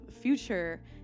future